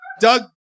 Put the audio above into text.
Doug